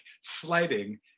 sliding